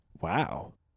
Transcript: Wow